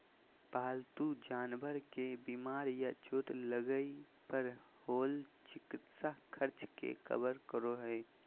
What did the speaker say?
पालतू जानवर के बीमार या चोट लगय पर होल चिकित्सा खर्च के कवर करो हइ